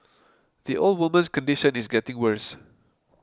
the old woman's condition is getting worse